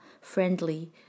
friendly